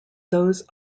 those